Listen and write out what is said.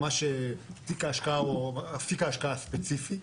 ממש, תיק ההשקעה או אפיק ההשקעה הספציפי.